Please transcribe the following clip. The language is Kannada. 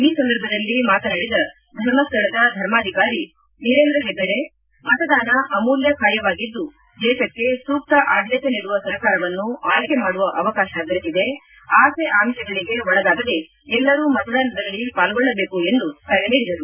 ಈ ಸಂದರ್ಭದಲ್ಲಿ ಮಾತನಾಡಿದ ಧರ್ಮಸ್ಥಳದ ಧರ್ಮಾಧಿಕಾರಿ ವೀರೇಂದ್ರ ಹೆಗ್ಗಡೆ ಮತದಾನ ಅಮೂಲ್ಯ ಕಾರ್ಯವಾಗಿದ್ದು ದೇಶಕ್ಕೆ ಸೂಕ್ತ ಆಡಳಿತ ನೀಡುವ ಸರ್ಕಾರವನ್ನು ಆಯ್ಕೆ ಮಾಡುವ ಅವಕಾಶ ದೊರೆತಿದೆ ಆಸೆ ಅಮಿಷಗಳಿಗೆ ಒಳಗಾಗದೆ ಎಲ್ಲರೂ ಮತದಾನದಲ್ಲಿ ಪಾಲ್ಗೊಳ್ಳಬೇಕು ಎಂದು ಕರೆ ನೀಡಿದರು